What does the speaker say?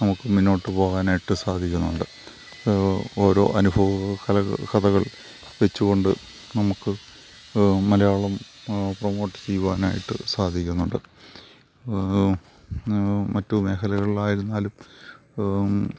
നമുക്ക് മുന്നോട്ട് പോകാനായിട്ട് സാധിക്കുന്നുണ്ട് ഓരോ അനുഭവ കലകൾ കഥകൾ വച്ചുകൊണ്ട് നമുക്ക് മലയാളം പ്രമോട്ട് ചെയ്യുവാനായിട്ട് സാധിക്കുന്നുണ്ട് മറ്റ് മേഖലകളിൽ ആയിരുന്നാലും